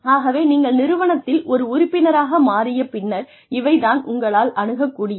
ஆகவே நீங்கள் நிறுவனத்தில் ஒரு உறுப்பினராக மாறிய பின்னர் இவை தான் உங்களால் அணுகக்கூடியவை